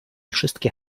wszystkie